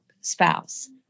spouse